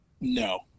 No